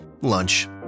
lunch